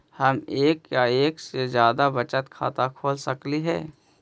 हम एक या एक से जादा बचत खाता खोल सकली हे?